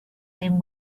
him